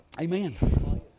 amen